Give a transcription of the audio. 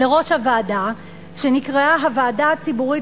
לראש הוועדה,